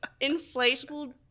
inflatable